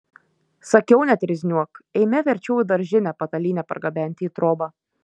sakiau netrizniuok eime verčiau į daržinę patalynę pargabenti į trobą